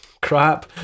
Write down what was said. crap